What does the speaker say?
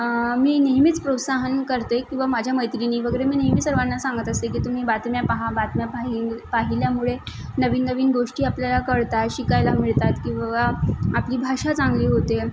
मी नेहमीच प्रोत्साहन करते किंवा माझ्या मैत्रिणी वगैरे मी नेहमी सर्वांना सांगत असते की तुम्ही बातम्या पाहा बातम्या पाहि पाहिल्यामुळे नवीन नवीन गोष्टी आपल्याला कळतात शिकायला मिळतात किंवा आपली भाषा चांगली होते